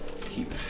keep